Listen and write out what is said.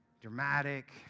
dramatic